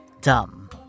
Dumb